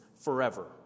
forever